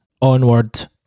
onward